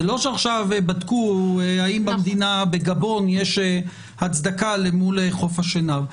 זה לא שעכשיו בדקו האם בגבון יש הצדקה למול חוף השנהב.